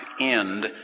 end